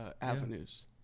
avenues